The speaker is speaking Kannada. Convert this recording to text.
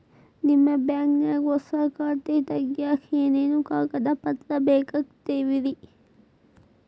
ನಿಮ್ಮ ಬ್ಯಾಂಕ್ ನ್ಯಾಗ್ ಹೊಸಾ ಖಾತೆ ತಗ್ಯಾಕ್ ಏನೇನು ಕಾಗದ ಪತ್ರ ಬೇಕಾಗ್ತಾವ್ರಿ?